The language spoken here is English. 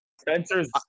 Spencer's